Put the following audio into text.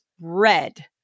red